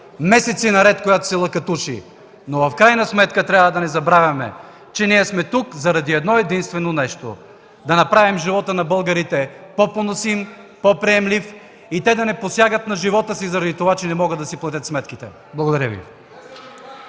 месеци наред, която се лъкатуши. В крайна сметка не трябва да забравяме, че ние сме тук, заради едно-единствено нещо – да направим живота на българите по-поносим, по-приемлив и те да не посягат на живота си, заради това че не могат да си платят сметките. Благодаря Ви.